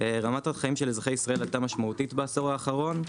רמת החיים של אזרחי ישראל עלתה משמעותית בעשור האחרון,